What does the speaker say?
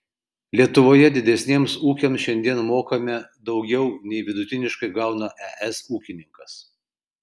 lietuvoje didiesiems ūkiams šiandien mokame daugiau nei vidutiniškai gauna es ūkininkas